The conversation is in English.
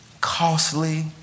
costly